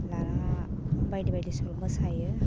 लाना बायदि बायदि सल' मोसायो